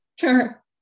Sure